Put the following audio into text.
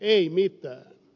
ei mitään